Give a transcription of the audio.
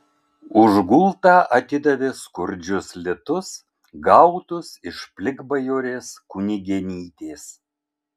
už gultą atidavė skurdžius litus gautus iš plikbajorės kunigėnytės